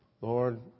Lord